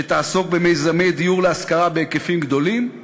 שתעסוק במיזמי דיור להשכרה בהיקפים גדולים,